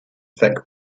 thick